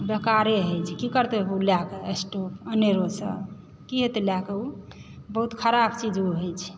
बेकारे होइ छै की करतै ओ लए कऽ स्टोव अनेरोसंँ की हेतै लए कऽ ओ बहुत खराब चीज ओ होइ छै